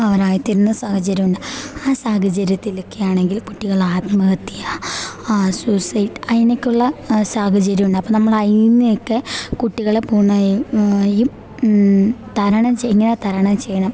അവരായി തീരുന്ന സാഹചര്യമുണ്ട് ആ സാഹചര്യത്തിലൊക്കെ ആണെങ്കിൽ കുട്ടികളാത്മഹത്യ സൂസൈഡ് അതിനൊക്കെ ഉള്ള സാഹചര്യം ഉണ്ട് അപ്പം നമ്മൾ അതിനെ ഒക്കെ കുട്ടികളെ പൂർണമായും യും തരണം ചെയ്യുക എങ്ങനെ തരണം ചെയ്യണം